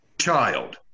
Child